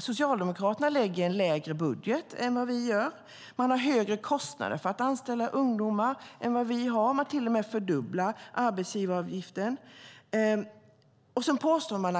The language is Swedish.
Socialdemokraterna lägger fram en lägre budget än vad vi gör. De har högre kostnader för att anställa ungdomar än vad vi har. De till och med fördubblar arbetsgivaravgiften. Sedan påstår